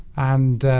and